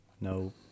no